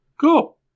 Cool